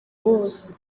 bose